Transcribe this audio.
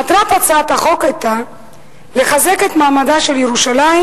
מטרת הצעת החוק היתה לחזק את מעמדה של ירושלים